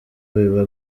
biba